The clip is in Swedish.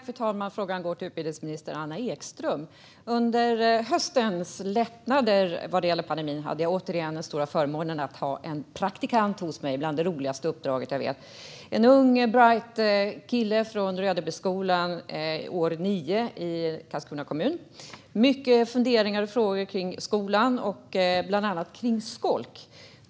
Fru talman! Frågan går till utbildningsminister Anna Ekström. Under höstens lättnader gällande pandemin hade jag återigen den stora förmånen att ha en praktikant hos mig - detta är bland de roligaste uppdrag jag vet. Det var en ung och bright kille från årskurs 9 i Rödebyskolan i Karlskrona kommun. Han hade många funderingar och frågor om skolan, bland annat om skolk.